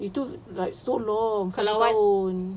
itu like so long setahun